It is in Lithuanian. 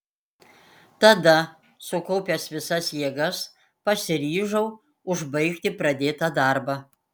tada sukaupęs visas jėgas pasiryžau užbaigti pradėtą darbą